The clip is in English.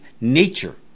nature